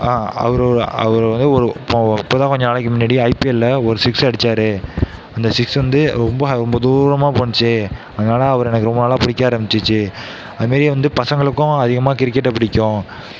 அவர் அவர் வந்து ஒரு இப்போ இப்போ தான் கொஞ்ச நாளைக்கு முன்னாடி ஐபிலில் ஒரு சிக்ஸ் அடிச்சார் அந்த சிக்ஸ் வந்து ரொம்ப ரொம்ப தூரமாக போணுச்சு அதனால் அவர் எனக்கு ரொம்ப நல்லா பிடிக்க ஆரம்பிச்சிருச்சு அது மாரியே வந்து பசங்களுக்கும் அதிகமாக கிரிக்கெட்டை பிடிக்கும்